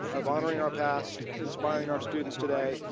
of honoring our past, inspiring our students today,